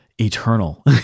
eternal